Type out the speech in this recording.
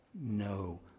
no